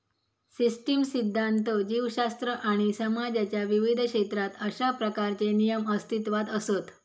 system सिध्दांत, जीवशास्त्र आणि समाजाच्या विविध क्षेत्रात अशा प्रकारचे नियम अस्तित्वात असत